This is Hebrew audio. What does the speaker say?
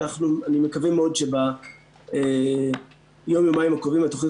אני מקווה מאוד שביום-יומיים הקרובים התוכנית